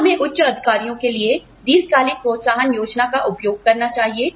क्या हमें उच्च अधिकारियों के लिए दीर्घकालिक प्रोत्साहन योजना का उपयोग करना चाहिए